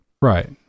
Right